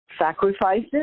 sacrifices